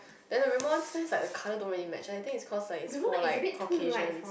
and the Rimmel one sometimes like the colour don't really match and I think its cause its for like Caucasians